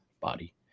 body